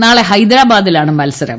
നാളെ ഹൈദരാബാദിലാണ് മത്സരം